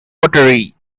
pottery